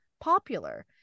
popular